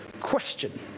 question